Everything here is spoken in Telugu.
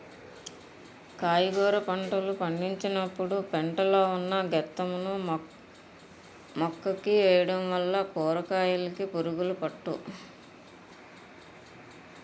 కాయగుర పంటలు పండించినపుడు పెంట లో ఉన్న గెత్తం ను మొక్కమొక్కకి వేయడం వల్ల కూరకాయలుకి పురుగులు పట్టవు